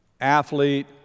athlete